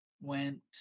went